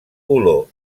olor